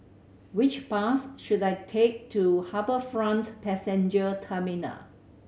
which bus should I take to HarbourFront Passenger Terminal